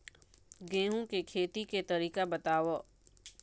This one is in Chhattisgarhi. गेहूं के खेती के तरीका बताव?